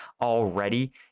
already